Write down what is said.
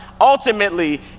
ultimately